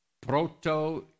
proto